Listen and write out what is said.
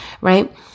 Right